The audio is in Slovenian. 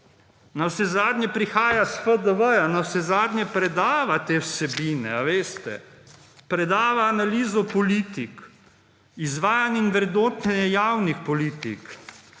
Navsezadnje prihaja iz FDV, navsezadnje predava te vsebine. Ali veste, da predava Analizo politik, Izvajanje in vrednotenje javnih politik,